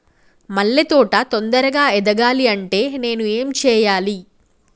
మల్లె తోట తొందరగా ఎదగాలి అంటే నేను ఏం చేయాలి?